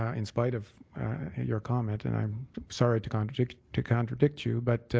um in spite of your comment, and i'm sorry to contradict to contradict you, but